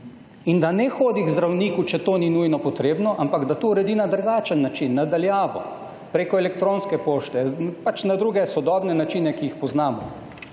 in da ne hodi k zdravniku, če to ni nujno potrebno, ampak da to uredi na drugačen način, na daljavo, preko elektronske pošte, pač na druge sodobne načine, ki jih poznamo,